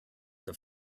have